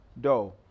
dough